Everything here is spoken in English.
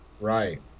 Right